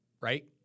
right